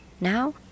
Now